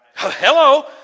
Hello